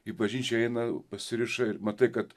į bažnyčią įeina pasiriša ir matai kad